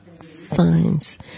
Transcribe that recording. science